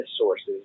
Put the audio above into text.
sources